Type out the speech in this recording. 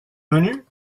venu